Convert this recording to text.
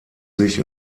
sich